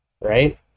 right